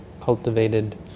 cultivated